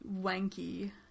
wanky